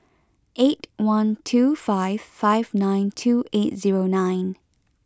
eight one two five five nine two eight zero nine